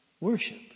worship